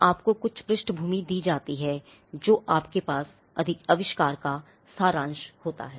आपको कुछ पृष्ठभूमि दी जाती है जो आपके पास आविष्कार का सारांश होता है